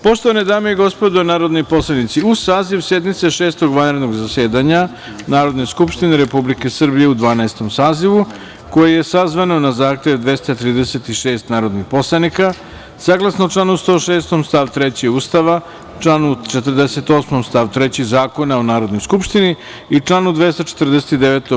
Poštovane dame i gospodo narodni poslanici, uz saziv sednice Šestog vanrednog zasedanja Narodne skupštine Republike Srbije u Dvanaestom sazivu, koje je sazvan na zahtev 236 narodnih poslanika, saglasno članu 106. stav 3. Ustava, članu 48. stav 3. Zakona o Narodnoj skupštini i članu 249.